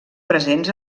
presents